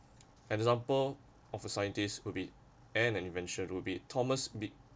an example of a scientist will be an thomas